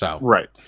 Right